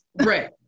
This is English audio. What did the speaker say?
Right